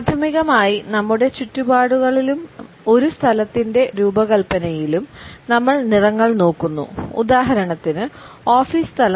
പ്രാഥമികമായി നമ്മുടെ ചുറ്റുപാടുകളിലും ഒരു സ്ഥലത്തിന്റെ രൂപകൽപ്പനയിലും നമ്മൾ നിറങ്ങൾ നോക്കുന്നു ഉദാഹരണത്തിന് ഓഫീസ് സ്ഥലം